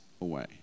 away